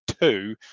two